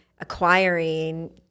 acquiring